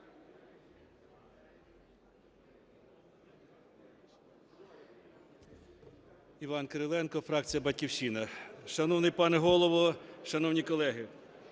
Іван Кириленко, фракція "Батьківщина". Шановний пане Голово, шановні колеги,